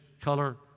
color